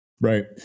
right